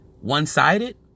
one-sided